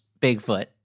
Bigfoot